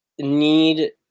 need